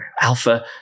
alpha